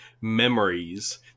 memories